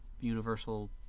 Universal